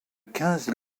quinze